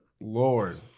Lord